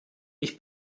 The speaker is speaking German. ich